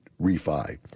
refi